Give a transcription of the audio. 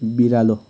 बिरालो